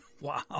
Wow